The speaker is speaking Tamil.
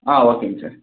ஆ ஓகேங்க சார்